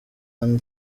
one